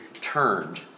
turned